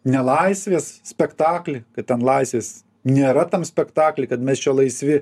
nelaisvės spektaklį tai ten laisvės nėra tam spektakly kad mes čia laisvi